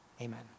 Amen